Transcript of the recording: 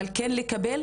אבל כן לקבל,